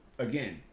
Again